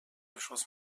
beschuss